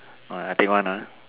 alright I take one lah